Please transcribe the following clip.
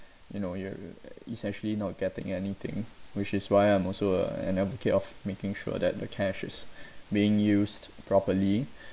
you know you're it's actually not getting anything which is why I'm also uh an advocate of making sure that the cash is being used properly